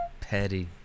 petty